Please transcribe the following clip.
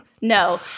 No